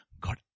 God